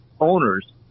owners